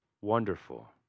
wonderful